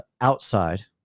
outside